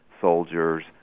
soldiers